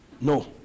No